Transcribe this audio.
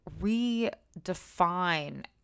redefine